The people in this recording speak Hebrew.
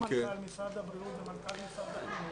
אנשי משרד הבריאות ומנכ"ל משרד החינוך,